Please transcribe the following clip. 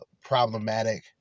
problematic